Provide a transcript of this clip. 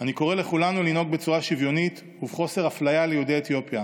אני קורא לכולנו לנהוג בצורה שוויונית ובחוסר אפליה כלפי יהודי אתיופיה